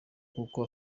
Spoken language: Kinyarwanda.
kuko